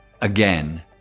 again